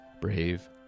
brave